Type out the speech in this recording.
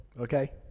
okay